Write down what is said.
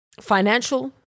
financial